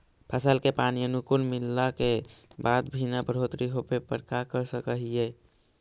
फसल के पानी अनुकुल मिलला के बाद भी न बढ़ोतरी होवे पर का कर सक हिय?